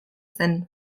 zen